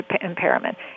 impairment